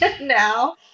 now